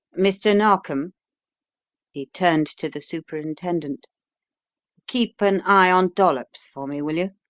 mr. narkom he turned to the superintendent keep an eye on dollops for me, will you?